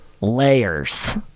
layers